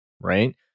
right